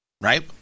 Right